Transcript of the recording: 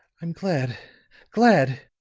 i'm glad glad!